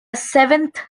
seventh